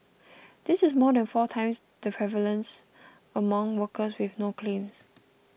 this is more than four times the prevalence among workers with no claims